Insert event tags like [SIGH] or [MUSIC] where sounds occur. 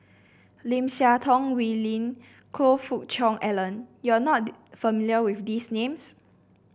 Lim Siah Tong Wee Lin Choe Fook Cheong Alan you are not [UNINTELLIGIBLE] familiar with these names